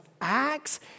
acts